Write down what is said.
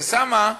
ושמה,